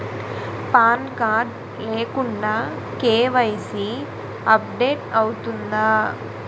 Pan card లేకుండా KYC update అవుతుందా?